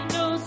no